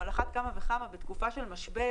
על אחת כמה וכמה בתקופה של משבר,